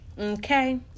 Okay